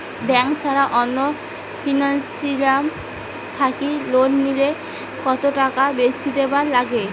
Bank ছাড়া অন্য financial থাকি লোন নিলে কতটাকা বেশি দিবার নাগে?